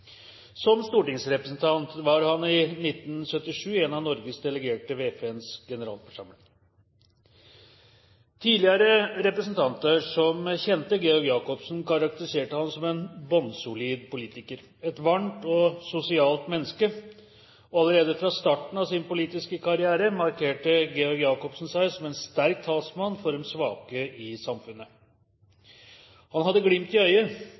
Som stortingsrepresentant var han i 1977 en av Norges delegerte ved FNs generalforsamling. Tidligere representanter som kjente Georg Jacobsen, karakteriserte ham som en bunnsolid politiker, et varmt og sosialt menneske. Allerede fra starten av sin politiske karriere markerte Georg Jacobsen seg som en sterk talsmann for de svake i samfunnet. Han hadde glimt i øyet